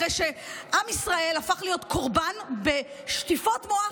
אחרי שעם ישראל הפך להיות קורבן בשטיפות מוח